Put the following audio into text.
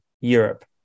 Europe